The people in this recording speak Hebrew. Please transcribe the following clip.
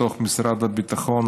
בתוך משרד הביטחון,